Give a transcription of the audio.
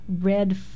red